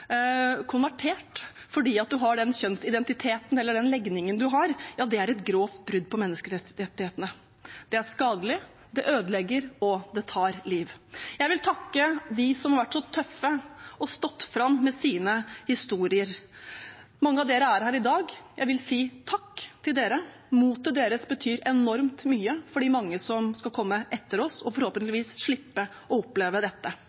konvertert, fordi man har den kjønnsidentiteten eller den legningen man har, er et grovt brudd på menneskerettighetene. Det er skadelig, det ødelegger, og det tar liv. Jeg vil takke dem som har vært så tøffe og stått fram med sine historier. Mange av dem er her i dag. Jeg vil si takk til dem. Motet deres betyr enormt mye for de mange som skal komme etter oss og forhåpentligvis slippe å oppleve dette.